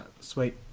sweet